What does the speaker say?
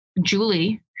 Julie